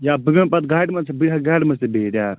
یا بہٕ بیٚہمہٕ پتہٕ گاڑِ منٛزتہِ بہٕ ہیٚکہٕ گاڑِ منٛز تہِ بہتھ یارٕ